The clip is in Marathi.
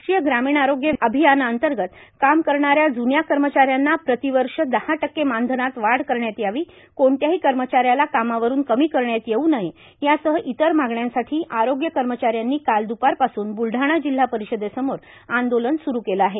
राष्ट्रीय ग्रामीण आरोग्य अभियानाअंतर्गत काम करणाऱ्या जून्या कर्मचाऱ्यांना प्रतिवर्ष दहा टक्के मानधनात वाढ करण्यात यावी कोणत्याही कर्मचाऱ्याला कामावरून कमी करण्यात येऊ नये यासह इतर मागण्यांसाठी आरोग्य कर्मचाऱ्यांनी काल द्रपारपासून ब्लढाणा जिल्हा परिषदेसमोर आंदोलन स्रु केलं आहे